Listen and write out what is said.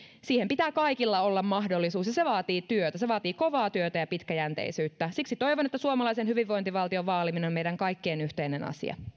siihen pitää kaikilla olla mahdollisuus ja se vaatii työtä se vaatii kovaa työtä ja pitkäjänteisyyttä siksi toivon että suomalaisen hyvinvointivaltion vaaliminen on meidän kaikkien yhteinen asia